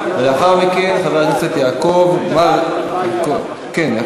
ולאחר מכן חבר הכנסת יעקב מרגי, שינמק